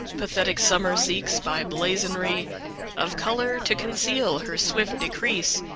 pathetic summer seeks by blazonry of color to conceal her swift decrease.